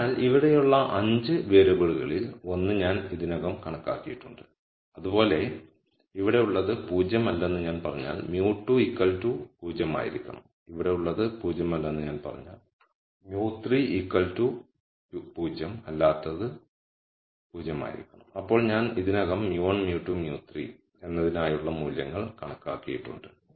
അതിനാൽ ഇവിടെയുള്ള 5 വേരിയബിളുകളിൽ ഒന്ന് ഞാൻ ഇതിനകം കണക്കാക്കിയിട്ടുണ്ട് അതുപോലെ ഇവിടെ ഉള്ളത് 0 അല്ലെന്ന് ഞാൻ പറഞ്ഞാൽ μ 2 0 ആയിരിക്കണം ഇവിടെ ഉള്ളത് 0 അല്ലെന്ന് ഞാൻ പറഞ്ഞാൽ μ3 0 അല്ലാത്തത് 0 ആയിരിക്കണം അപ്പോൾ ഞാൻ ഇതിനകം μ1 μ2 μ3 എന്നതിനായുള്ള മൂല്യങ്ങൾ കണക്കാക്കിയിട്ടുണ്ട്